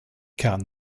kern